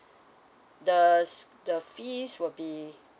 the the fees will be